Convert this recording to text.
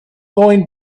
going